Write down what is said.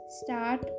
start